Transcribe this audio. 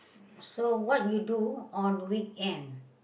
so what you do on weekend